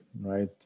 Right